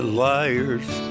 liar's